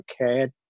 okay